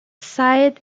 syed